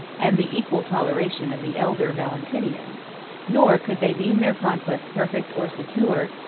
and the equal toleration of the elder valentinian nor could they deem their conquest perfect or secure,